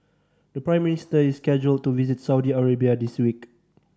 the Prime Minister is scheduled to visit Saudi Arabia this week